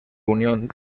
unión